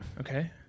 Okay